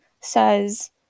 says